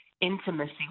intimacy